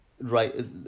right